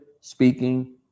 speaking